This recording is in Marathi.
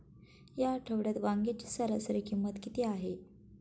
या आठवड्यात वांग्याची सरासरी किंमत किती आहे?